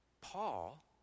Paul